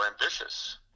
ambitious